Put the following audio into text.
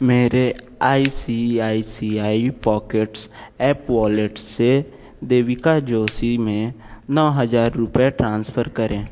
मेरे आई सी आई सी आई Pockets app wallet से देविका जोशी में नौ हज़ार रुपये ट्रांसफर करें